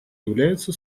является